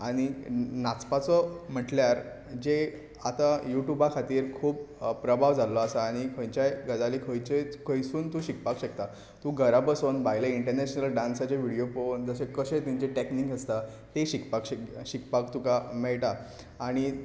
आनी नाचपाचो म्हटल्यार जें आतां युटुबा खातीर खूब प्रभाव जाल्लो आसा आनी खंयच्याय गजाली खंयच्योच खंयसून तूं शिकपाक शकता तूं घरा बसून भायले इंटनॅश्नल डांसाचे विडयो पळोवन जशे कशे तेंचे टॅकनीक आसता ते शिकपाक शिक शिकपाक तुका मेळटा आनी